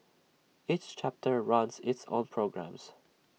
each chapter runs its own programmes